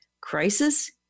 crisis